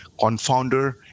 confounder